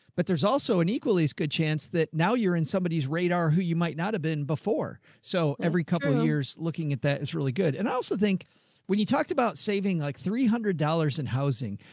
but there's also an equally as good chance that now you're in somebody's radar who you might not have been before. so every couple of years looking at that, it's really good. and i also think when you talked about saving like three hundred dollars in housing,